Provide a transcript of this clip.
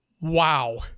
Wow